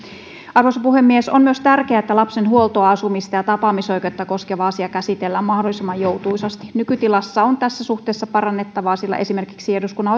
arvoisa puhemies on myös tärkeää että lapsen huoltoa asumista ja tapaamisoikeutta koskeva asia käsitellään mahdollisimman joutuisasti nykytilassa on tässä suhteessa parannettavaa sillä esimerkiksi eduskunnan